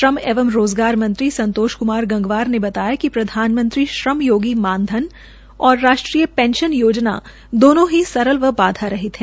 श्रम एवं रोज़गार मंत्री संतोष गंगवार ने बताया कि प्रधानमंत्री श्रमयोगी मानधन और राष्ट्रीय पेंशन योजना दोनों ही सरल व बाधारहित है